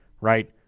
right